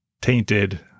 tainted